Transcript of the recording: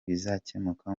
bizakemuka